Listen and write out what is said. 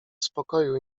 spokoju